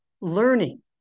learning